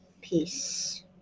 peace